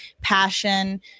passion